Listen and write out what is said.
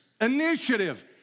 initiative